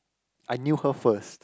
I knew her first